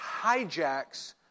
hijacks